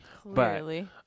Clearly